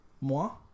Moi